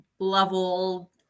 level